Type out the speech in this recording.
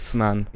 man